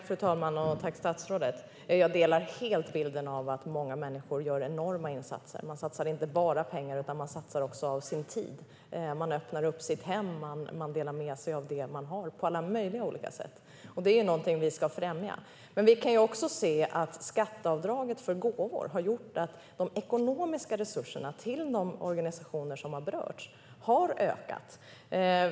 Fru talman! Tack, statsrådet! Jag delar helt bilden av att många människor gör enorma insatser. Man satsar inte bara pengar utan också av sin tid, man öppnar upp sitt hem och delar med sig av det man har på alla möjliga olika sätt. Det är något vi ska främja. Men vi kan också se att skatteavdraget för gåvor har gjort att de ekonomiska resurserna till de organisationer som har berörts har ökat.